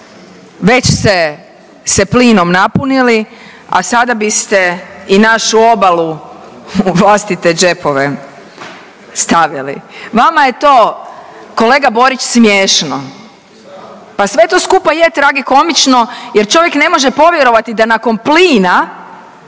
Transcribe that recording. već se, se plinom napunili, a sada biste i našu obalu u vlastite džepove stavili. Vama je to kolega Borić smiješno, pa sve to skupa je tragikomično jer čovjek ne može povjerovati da nakon plina